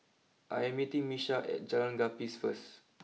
I am meeting Miesha at Jalan Gapis first